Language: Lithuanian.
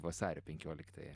vasario penkioliktąją